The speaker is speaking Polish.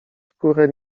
skórę